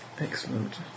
Excellent